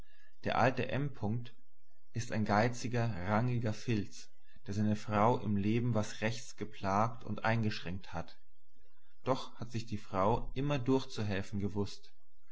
der alte m ist ein geiziger rangiger filz der seine frau im leben was rechts geplagt und eingeschränkt hat doch hat sich die frau immer durchzuhelfen gewußt